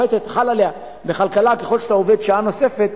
אפשר כל כך הרבה דברים לעשות.